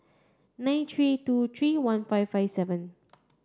nine three two three one five five seven